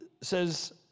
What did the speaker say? says